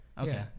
Okay